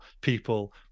people